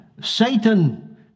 Satan